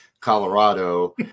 Colorado